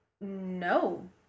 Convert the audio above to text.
no